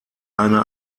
eine